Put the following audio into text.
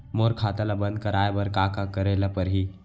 मोर खाता ल बन्द कराये बर का का करे ल पड़ही?